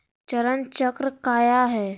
चरण चक्र काया है?